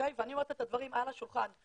ואני אומרת את הדברים על השולחן.